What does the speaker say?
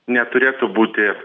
neturėtų būti